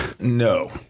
No